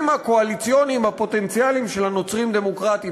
הקואליציוניים הפוטנציאליים של הנוצרים-הדמוקרטים,